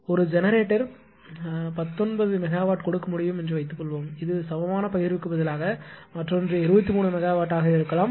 ஒரு ஜெனரேட்டர் பத்தொன்பது மெகாவாட் கொடுக்க முடியும் என்று வைத்துக்கொள்வோம் இது சமமான பகிர்வுக்கு பதிலாக மற்றொன்று 23 மெகாவாட் ஆக இருக்கலாம்